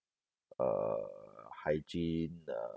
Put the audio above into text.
uh hygiene uh